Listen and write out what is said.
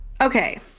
Okay